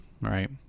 right